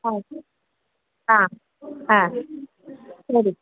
ആ ആ ആ ശരി